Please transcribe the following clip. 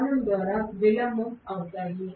కోణం ద్వారా విలంబం అవుతాయి